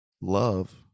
love